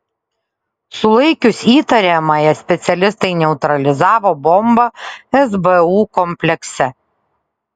sulaikius įtariamąją specialistai neutralizavo bombą sbu komplekse